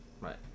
Right